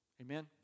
Amen